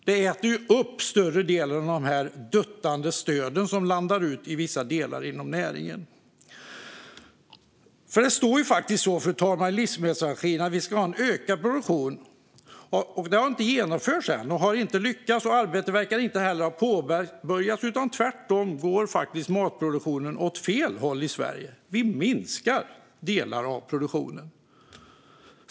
Den äter upp större delen av de stöd som duttas ut i vissa delar av näringen. Fru talman! Det står i livsmedelsstrategin att vi ska ha en ökad produktion. Det har inte genomförts än. Man har inte lyckats. Arbetet verkar inte heller ha påbörjats. Tvärtom går matproduktionen åt fel håll i Sverige. Delar av produktionen minskar.